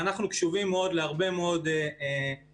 אנחנו קשובים מאוד להרבה מאוד תלונות,